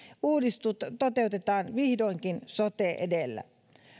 uudistus toteutetaan vihdoinkin sote edellä